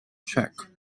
track